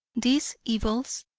these evils,